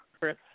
Chris